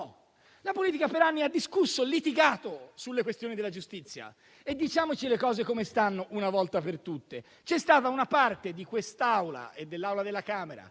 La politica per anni ha discusso e litigato sulle questioni della giustizia. Diciamoci le cose come stanno, una volta per tutte: c'è stata una parte di quest'Assemblea e di quella della Camera,